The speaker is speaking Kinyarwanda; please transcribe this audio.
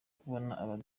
kubona